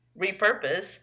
repurpose